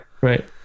right